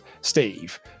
Steve